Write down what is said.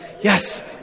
Yes